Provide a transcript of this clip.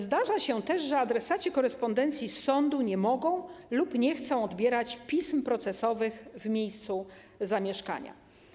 Zdarza się też, że adresaci korespondencji z sądu nie mogą lub nie chcą odbierać pism procesowych w miejscu zamieszkania.